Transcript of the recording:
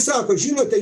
sako žinote